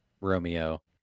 Romeo